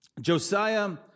Josiah